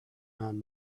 man